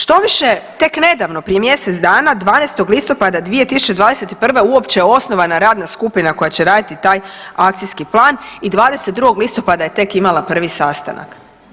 Štoviše, tek nedavno prije mjesec dana 12.listopada 2021. uopće osnovana radna skupina koja će raditi taj Akcijski plan i 22.listopada je tek imala prvi sastanak.